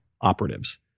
operatives